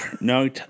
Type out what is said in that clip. No